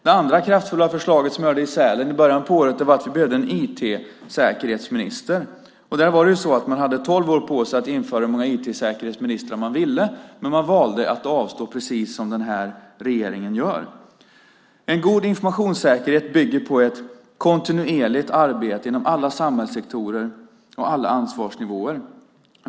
Det andra kraftfulla förslaget som jag hörde i Sälen i början av året var att vi behövde en IT-säkerhetsminister. Man hade tolv år på sig att införa så många IT-säkerhetsministrar man ville, men man valde att avstå, precis som den här regeringen gör. En god informationssäkerhet bygger på ett kontinuerligt arbete inom alla samhällssektorer och alla ansvarsnivåer.